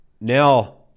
now